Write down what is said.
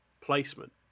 placement